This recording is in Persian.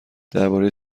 درباره